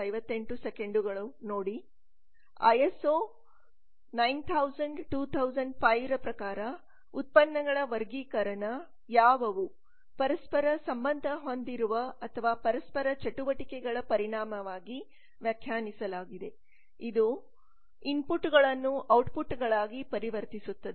ISO 9000 2005 ರ ಪ್ರಕಾರ ಉತ್ಪನ್ನಗಳ ವರ್ಗೀಕರಣ ಯಾವುವು ಪರಸ್ಪರ ಸಂಬಂಧ ಹೊಂದಿರುವ ಅಥವಾ ಪರಸ್ಪರ ಚಟುವಟಿಕೆಗಳ ಪರಿಣಾಮವಾಗಿ ವ್ಯಾಖ್ಯಾನಿಸಲಾಗಿದೆ ಇದು ಒಳಹರಿವುಗಳನ್ನು ಔಟ್ಪುಟ್ಗಳಾಗಿ ಪರಿವರ್ತಿಸುತ್ತದೆ